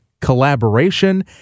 collaboration